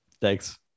Thanks